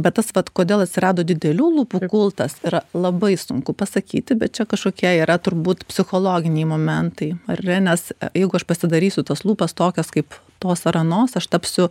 bet tas vat kodėl atsirado didelių lūpų kultas yra labai sunku pasakyti bet čia kažkokie yra turbūt psichologiniai momentai ar ne nes jeigu aš pasidarysiu tas lūpas tokias kaip tos ar anos aš tapsiu